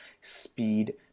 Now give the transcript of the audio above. speed